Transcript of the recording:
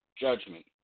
judgment